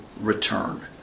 return